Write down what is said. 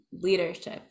leadership